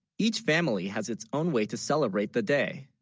each family has its, own way to celebrate the, day